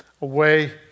away